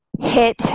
hit